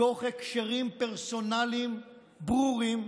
תוך הקשרים פרסונליים ברורים,